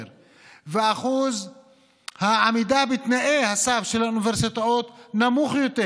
ואחוז העמידה בתנאי הסף של האוניברסיטאות נמוך יותר.